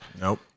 Nope